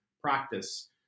practice